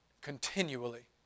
continually